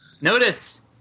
notice